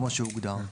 כמו שהוגדר.